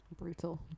Brutal